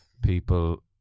People